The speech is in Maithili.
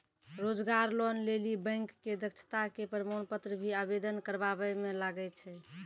रोजगार लोन लेली बैंक मे दक्षता के प्रमाण पत्र भी आवेदन करबाबै मे लागै छै?